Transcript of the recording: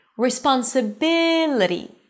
RESPONSIBILITY